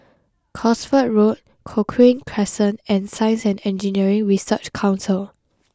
Cosford Road Cochrane Crescent and Science and Engineering Research Council